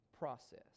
process